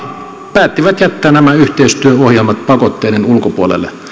päättivät jättää nämä yhteistyöohjelmat pakotteiden ulkopuolelle